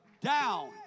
down